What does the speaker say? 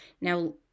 now